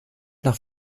nach